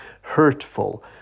hurtful